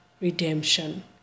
redemption